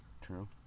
True